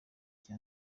cya